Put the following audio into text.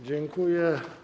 Dziękuję.